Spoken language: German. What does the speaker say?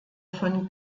von